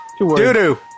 Doodoo